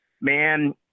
man